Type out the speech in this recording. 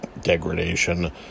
degradation